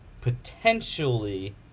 potentially